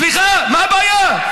סליחה, מה הבעיה?